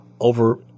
over